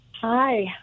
Hi